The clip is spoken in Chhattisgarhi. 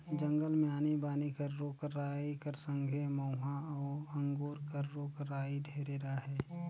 जंगल मे आनी बानी कर रूख राई कर संघे मउहा अउ अंगुर कर रूख राई ढेरे अहे